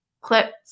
clips